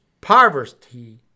poverty